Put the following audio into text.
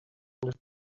hundred